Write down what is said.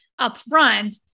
upfront